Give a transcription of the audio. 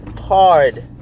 hard